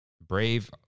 Brave